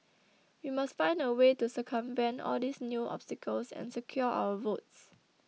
we must find a way to circumvent all these new obstacles and secure our votes